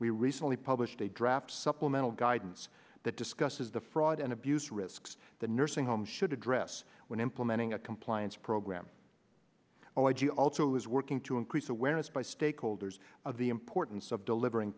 we recently published a draft supplemental guidance that discusses the fraud and abuse risks the nursing home should address when implementing a compliance program i do also is working to increase awareness by stakeholders of the importance of delivering